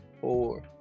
four